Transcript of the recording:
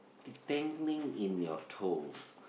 tingling in your toes